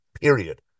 period